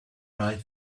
right